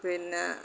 പിന്നെ